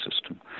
system